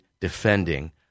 defending